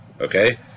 Okay